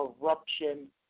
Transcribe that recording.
Corruption